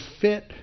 fit